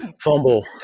fumble